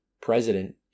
president